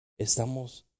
Estamos